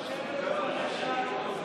חבר הכנסת קרעי.